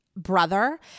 brother